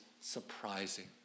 surprising